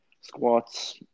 squats